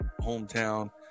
hometown